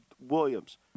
Williams